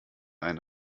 einen